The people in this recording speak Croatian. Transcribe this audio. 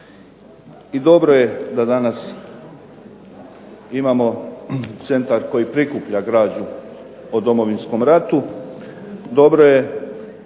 i dobro je da danas imamo centar koji prikuplja građu o Domovinskom ratu. Dobro je